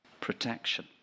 protection